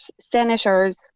senators